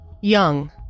Young